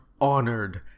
honored